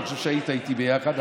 אני חושב שהיית איתי ביחד,